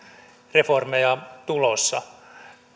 reformeja tulossa